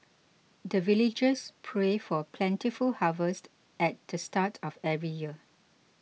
the villagers pray for plentiful harvest at the start of every year